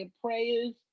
prayers